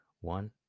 one